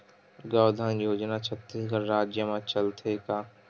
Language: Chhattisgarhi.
गौधन योजना छत्तीसगढ़ राज्य मा चलथे का?